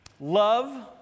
Love